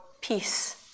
peace